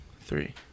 Three